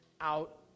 out